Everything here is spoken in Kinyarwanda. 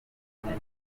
radiyo